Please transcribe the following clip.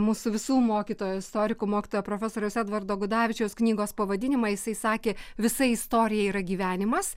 mūsų visų mokytojų istorikų mokytojo profesoriaus edvardo gudavičiaus knygos pavadinimą jisai sakė visa istorija yra gyvenimas